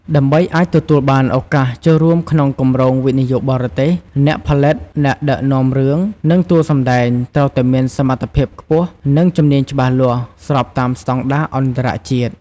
ដើម្បីអាចទទួលបានឱកាសចូលរួមក្នុងគម្រោងវិនិយោគបរទេស អ្នកផលិត អ្នកដឹកនាំរឿង និងតួសម្ដែង ត្រូវតែមានសមត្ថភាពខ្ពស់ និងជំនាញច្បាស់លាស់ ស្របតាមស្តង់ដារអន្តរជាតិ។